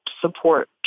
support